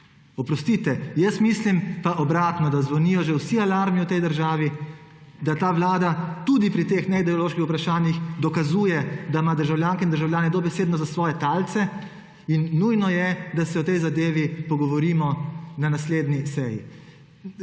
Oprostite, jaz pa mislim obratno, da zvonijo že vsi alarmi v tej državi, da ta vlada tudi pri teh neideoloških vprašanjih dokazuje, da ima državljanke in državljane dobesedno za svoje talce. Nujno je, da se o tej zadevi pogovorimo na naslednji seji.